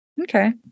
Okay